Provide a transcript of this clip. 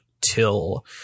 till